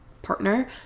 Partner